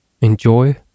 enjoy